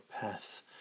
path